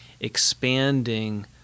expanding